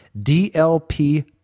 DLP